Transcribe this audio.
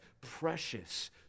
precious